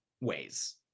ways